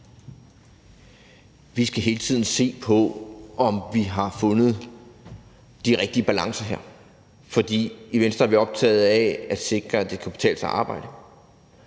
Vi skal hele tiden se på, om vi har fundet de rigtige balancer her. For i Venstre er vi optaget af at sikre, at det kan betale sig at arbejde,